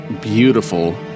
beautiful